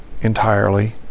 entirely